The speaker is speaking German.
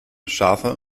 schafe